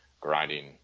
grinding